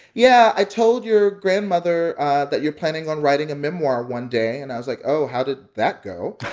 yeah, i told your grandmother that you're planning on writing a memoir one day. and i was like, oh, how did that go?